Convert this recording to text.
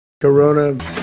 Corona